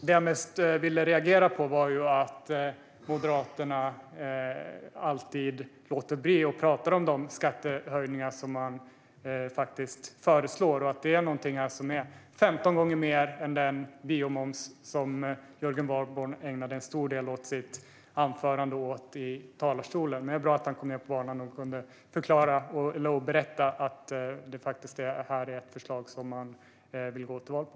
Det jag ville poängtera var att Moderaterna alltid undviker att tala om de skattehöjningar som de faktiskt föreslår, och här handlar det om 15 gånger mer än den biomoms som Jörgen Warborn ägnade en stor del av sitt anförande i talarstolen åt. Därför var det bra att han kom ned på banan för att berätta att detta är ett förslag som Moderaterna vill gå till val på.